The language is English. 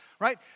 right